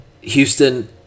Houston